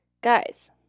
guys